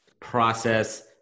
process